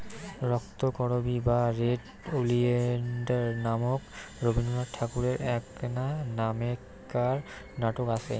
রক্তকরবী বা red oleander নামক রবীন্দ্রনাথ ঠাকুরের এ্যাকনা নামেক্কার নাটক আচে